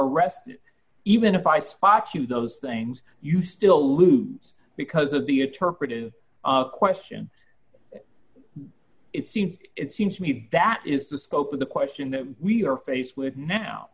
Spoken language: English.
arrested even if i spots you those things you still lose because of the interpolated question it seems it seems to me that is the scope of the question that we are faced with now